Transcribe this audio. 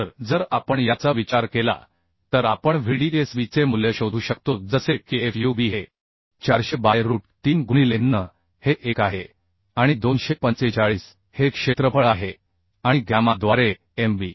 तर जर आपण याचा विचार केला तर आपण Vdsb चे मूल्य शोधू शकतो जसे की Fub हे 400 बाय रूट 3 गुणिले NN हे 1 आहे आणि 245 हे क्षेत्रफळ आहे आणि गॅमा द्वारे Mb